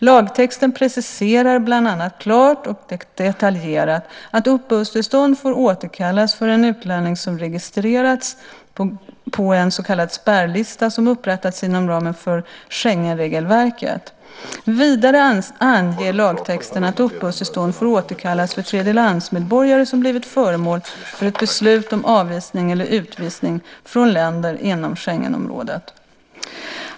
Lagtexten preciserar bland annat klart och detaljerat att uppehållstillstånd får återkallas för en utlänning som registrerats på en så kallad spärrlista som upprättats inom ramen för Schengenregelverket. Vidare anger lagtexten att uppehållstillstånd får återkallas för tredjelandsmedborgare som blivit föremål för ett beslut om avvisning eller utvisning från länder inom Schengenområdet.